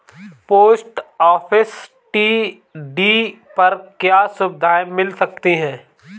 Post office TD पर क्या सुविधाएँ मिल सकती है?